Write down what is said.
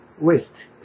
waste